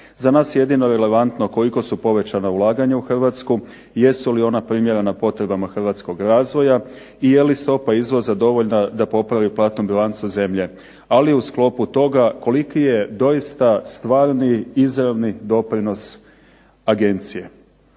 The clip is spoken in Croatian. Za nas je jedino relevantno koliko su povećana ulaganja u Hrvatsku, jesu li ona primjerena potrebama hrvatskog razvoja i je li stopa izvoza dovoljna da popravi platnu bilancu zemlje ali i u sklopu toga koliki je doista stvarni izravni doprinos Agencije.